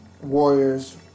Warriors